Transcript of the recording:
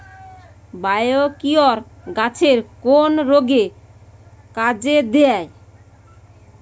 Biocure গাছের কোন রোগে কাজেদেয়?